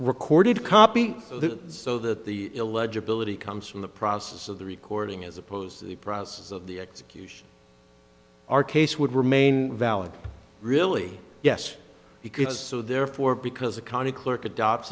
recorded copy of the so that the illegibility comes from the process of the recording as opposed to the process of the execution our case would remain valid really yes he could so therefore because a county clerk adopts